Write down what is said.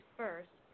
first